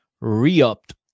re-upped